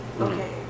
Okay